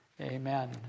Amen